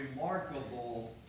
remarkable